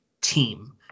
team